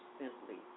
simply